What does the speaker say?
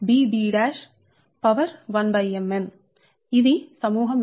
power 1mn ఇది సమూహం లోపల